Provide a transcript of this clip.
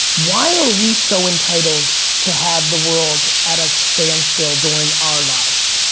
why are we so entitled to have the world at a standstill during our lives?